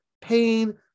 pain